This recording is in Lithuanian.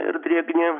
ir drėgni